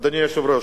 אדוני היושב-ראש,